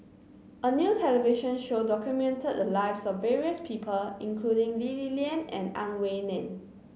a new television show documented the lives of various people including Lee Li Lian and Ang Wei Neng